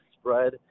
spread